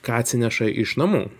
ką atsineša iš namų